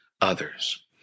others